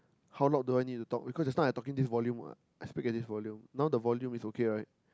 how loud do I need to talk because just now I talking to you in this volume what I speak at this volume now the volume is okay right